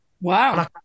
Wow